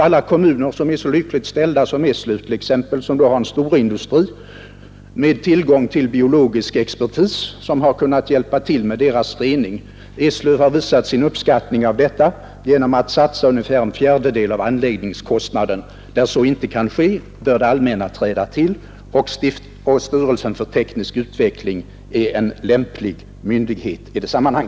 Alla kommuner är inte så lyckligt ställda som t.ex. Eslöv, där det finns en storindustri med tillgång till biologisk expertis, vilken har kunnat hjälpa till med kommunens reningsfrågor. Eslöv har visat sin uppskattning härav genom att satsa ungefär en fjärdedel av anläggningskostnaden. När så inte kan ske, bör det allmänna träda till, och styrelsen för teknisk utveckling är en lämplig instans i detta sammanhang.